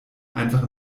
einfach